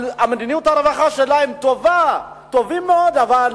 מדיניות הרווחה שלה טובה, טובה מאוד, אבל